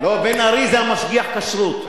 לא, בן-ארי זה המשגיח כשרות.